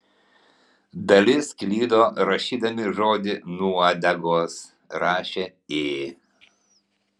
dalis klydo rašydami žodį nuodegos rašė ė